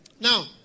Now